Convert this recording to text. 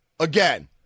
Again